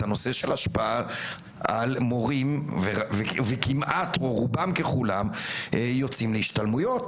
את ההשפעה על המורים שכמעט או רובם ככולם יוצאים להשתלמויות